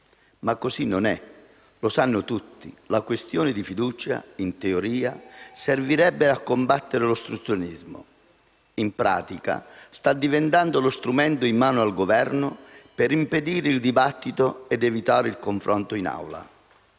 Ma così non è. Lo sanno tutti. La questione di fiducia, in teoria, servirebbe a combattere l'ostruzionismo. In pratica sta diventando lo strumento in mano al Governo per impedire il dibattito ed evitare il confronto in Aula.